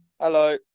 Hello